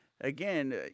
again